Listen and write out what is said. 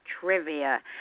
trivia